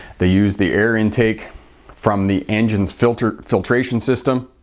they use the air intake from the engine's filtration filtration system.